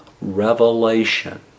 revelation